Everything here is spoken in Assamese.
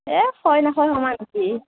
এ খয় নখয় সমান হৈছে